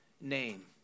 name